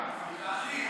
גזענית.